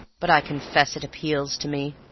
but i confess it appeals to me.